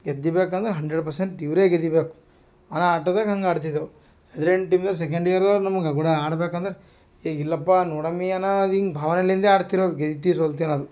ಗೆದ್ದಿಬೇಕು ಅಂದ್ರೆ hundred percent ಇವ್ರೇ ಗೆದಿಬೇಕು ಅನ್ನಾ ಆಟದಂಗೆ ಹಂಗೆ ಆಡ್ತಿದ್ದೇವು ಅದ್ರಿನ ಟೀಮು ಸೆಕೆಂಡ್ ಇಯಾರರು ನಮ್ಗೆ ಕೂಡ ಆಡ್ಬೇಕಂದ್ರೆ ಈಗ ಇಲ್ಲಪ್ಪ ನೋಡಮ್ಮಿ ಅನ್ನೋದು ಹಿಂಗೆ ಬಾಳೆಲ್ಲಿಂದೆ ಆಡ್ತಿರೋದು ಗೆಲ್ತಿ ಸೋಲ್ತಿನದು